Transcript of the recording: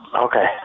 Okay